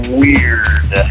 weird